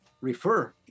refer